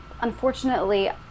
unfortunately